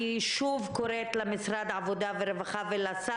אני שוב קוראת למשרד העבודה והרווחה ולשר